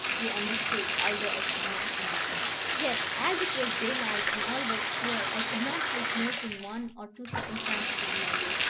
who understood, although i could not understand. yet as it was daylight, and all was clear, i could not help noting one or two circumstances on my way.